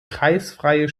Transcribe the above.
kreisfreie